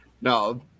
No